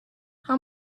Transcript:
how